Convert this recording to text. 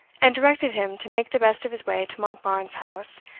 and directed him to make the best of his way to monkbarns house,